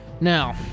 now